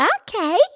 Okay